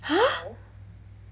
!huh!